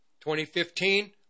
2015